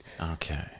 Okay